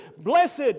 Blessed